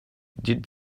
did